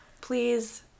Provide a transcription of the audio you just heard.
Please